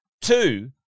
two